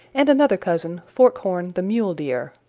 and another cousin, forkhorn the mule deer.